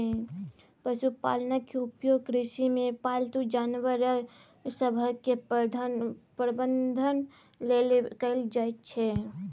पशुपालनक उपयोग कृषिमे पालतू जानवर सभक प्रबंधन लेल कएल जाइत छै